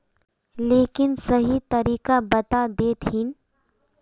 लेकिन सही तरीका बता देतहिन?